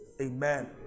amen